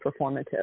performative